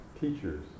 teachers